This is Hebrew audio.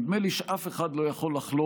נדמה לי שאף אחד לא יכול לחלוק